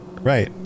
Right